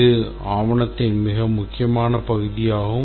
இது ஆவணத்தின் மிக முக்கியமான பகுதியாகும்